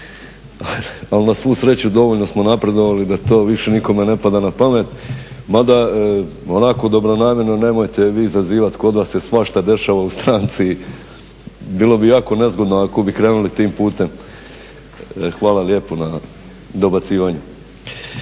ali na svu sreću dovoljno smo napredovali da to više nikome ne pada na pamet. Mada onako dobronamjerno nemojte vi zazivate, kod vas se svašta dešava u stranci, bilo bi jako nezgodno ako bi krenuli tim putem. … /Upadica